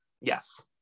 Yes